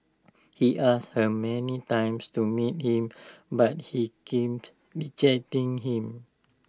he asked her many times to meet him but he kept rejecting him